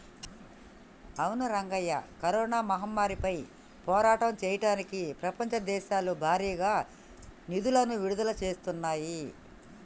అవును రంగయ్య కరోనా మహమ్మారిపై పోరాటం చేయడానికి ప్రపంచ దేశాలు భారీగా నిధులను విడుదల చేస్తున్నాయి